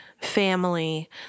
family